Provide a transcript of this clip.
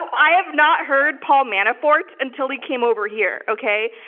i have not heard paul manafort until he came over here, okay,